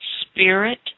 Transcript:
spirit